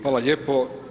Hvala lijepo.